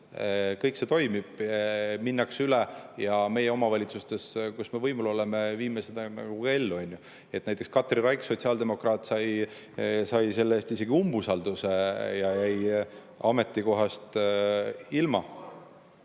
Kõik see toimib, minnakse üle, ja meie omavalitsustes, kus me võimul oleme, viime seda ellu. Näiteks Katri Raik, sotsiaaldemokraat, sai selle eest isegi umbusalduse ja jäi ametikohast ilma.